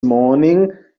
morning